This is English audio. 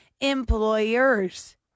employers